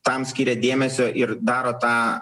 tam skiria dėmesio ir daro tą